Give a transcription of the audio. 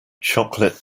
chocolate